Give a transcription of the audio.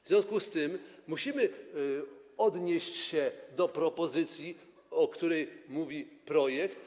W związku z tym musimy odnieść się do propozycji, o której mówi projekt.